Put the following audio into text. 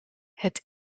het